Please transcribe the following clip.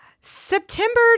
September